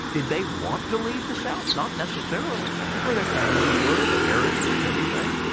did they want to leave the south? not necessarily. that's where their families were, the heritage, everything.